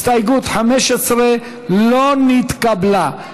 הסתייגות 15 לא נתקבלה.